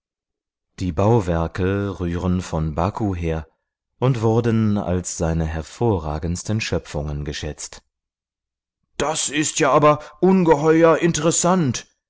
die bauwerke rühren von baku her und wurden als seine hervorragendsten schöpfungen geschätzt das ist ja aber ungeheuer interessant